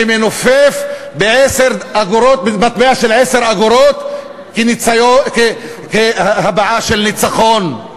שמנופף במטבע של 10 אגורות כהבעה של ניצחון,